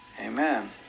amen